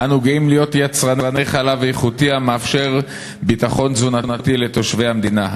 אנו גאים להיות יצרני חלב איכותי המאפשר ביטחון תזונתי לתושבי המדינה.